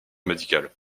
médicale